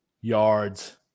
yards